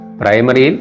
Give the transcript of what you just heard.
primary